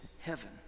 heaven